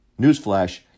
Newsflash